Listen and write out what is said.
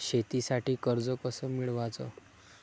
शेतीसाठी कर्ज कस मिळवाच?